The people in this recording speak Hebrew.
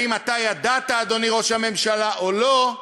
האם אתה ידעת, אדוני ראש הממשלה, או לא?